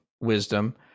wisdom